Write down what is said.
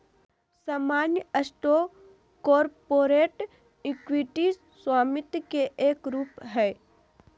सामान्य stock corporate equity स्वामित्व के एक रूप हय